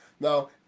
Now